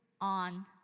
on